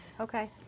Okay